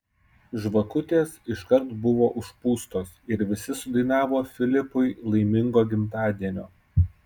žvakutės iškart buvo užpūstos ir visi sudainavo filipui laimingo gimtadienio